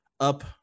Up